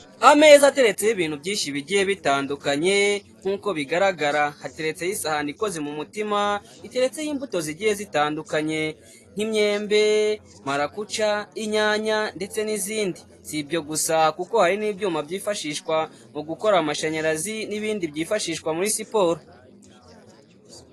Ameza ateretseho ibintu byinshi bigiye bitandukanye nk'uko bigaragara, hateretseho isahani ikoze mu mutima, iteretseho imbuto zigiye zitandukanye nk'imyembe, marakuca, inyanya ndetse n'izindi. Si ibyo gusa kuko hari n'ibyuma byifashishwa mu gukora amashanyarazi n'ibindi byifashishwa muri siporo.